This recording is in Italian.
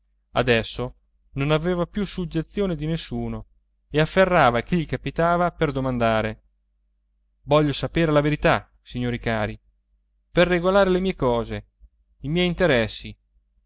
adesso non aveva più suggezione di nessuno e afferrava chi gli capitava per domandare voglio sapere la verità signori cari per regolare le mie cose i miei interessi